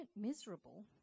miserable